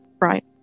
right